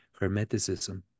Hermeticism